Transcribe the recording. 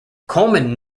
coleman